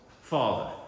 Father